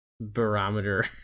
barometer